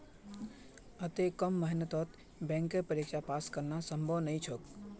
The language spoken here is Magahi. अत्ते कम मेहनतत बैंकेर परीक्षा पास करना संभव नई छोक